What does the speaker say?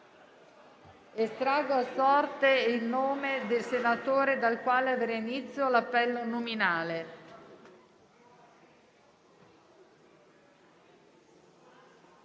Estraggo a sorte il nome del senatore dal quale avrà inizio l'appello nominale.